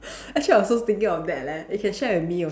actually I was also thinking of that leh you can share with me also